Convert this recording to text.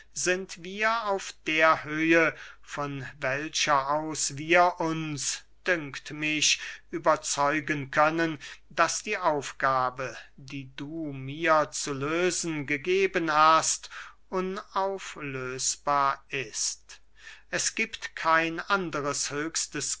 sind wir auf der höhe von welcher aus wir uns dünkt mich überzeugen können daß die aufgabe die du mir zu lösen gegeben hast unauflösbar ist es giebt kein andres höchstes